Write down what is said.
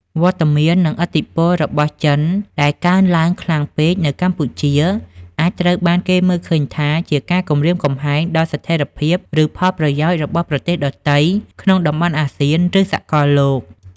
វត្តមាន និងឥទ្ធិពលរបស់ចិនដែលកើនឡើងខ្លាំងពេកនៅកម្ពុជា អាចត្រូវបានគេមើលឃើញថាជាការគំរាមកំហែងដល់ស្ថិរភាព ឬផលប្រយោជន៍របស់ប្រទេសដទៃក្នុងតំបន់អាស៊ាន ឬសកលលោក។